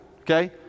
okay